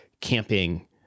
camping